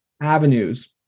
avenues